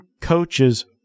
coaches